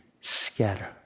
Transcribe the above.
scatter